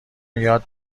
یاد